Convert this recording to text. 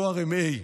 תואר M.A.?